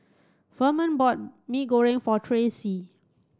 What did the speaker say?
Ferman bought Mee Goreng for Tracy